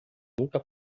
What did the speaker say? nunca